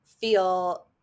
feel